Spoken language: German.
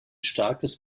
starkes